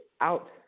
out